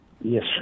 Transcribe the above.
Yes